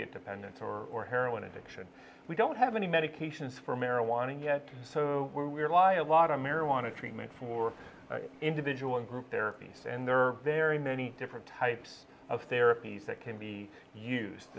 dependence or heroin addiction we don't have any medications for marijuana yet so we're we're lie a lot on marijuana treatment for individual and group therapies and there are very many different types of therapies that can be used